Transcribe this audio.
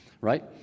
right